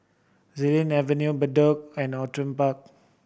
Xilin Avenue Bedok and Outram Park